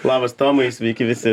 labas tomai sveiki visi